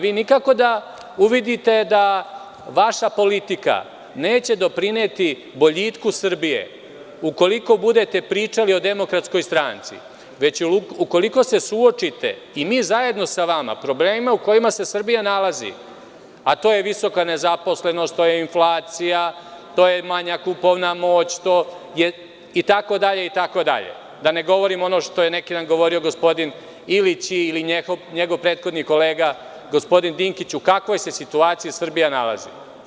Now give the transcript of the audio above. Vi nikako da uvidite da vaša politika neće doprineti boljitku Srbije ukoliko budete pričali o DS, već ukoliko se suočite, i mi zajedno sa vama, sa problemima u kojima se Srbija nalazi, a to je visoka nezaposlenost, to je inflacija, to je manja kupovna moć, itd, da ne govorim ono što je neki dan govorio gospodin Ilić ili njegov prethodni kolega, gospodin Dinkić, u kakvoj se situaciji Srbija nalazi.